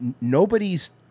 nobody's